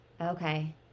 Okay